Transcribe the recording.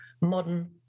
modern